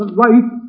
life